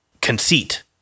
conceit